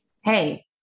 hey